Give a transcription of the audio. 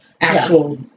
actual